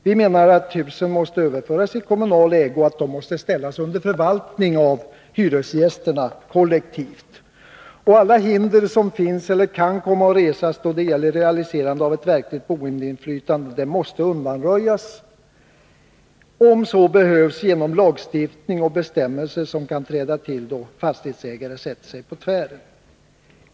Vi menar att husen måste överföras i kommunal ägo och ställas under hyresgästernas kollektiva förvaltning. Alla hinder som finns eller kan komma att resas mot realiserande av ett verkligt boendeinflytande måste undanröjas, om så behövs genom lagstiftning och bestämmelser som kan behöva tillkomma då fastighetsägare sätter sig på tvären.